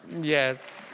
yes